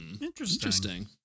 Interesting